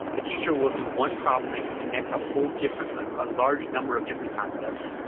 the teacher will do one problem that can connect a whole different, a large number of different concepts.